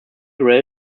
rail